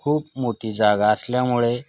खूप मोठी जागा असल्यामुळे